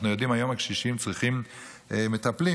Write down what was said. אנחנו יודעים שהיום הקשישים צריכים מטפלים,